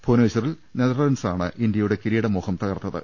ഭുവനേശ്വ റിൽ നെതർലന്റ് സാണ് ഇന്ത്യയുടെ കിരീടമോഹം തകർത്തത്